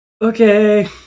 Okay